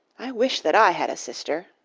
i wish that i had a sister.